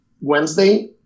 Wednesday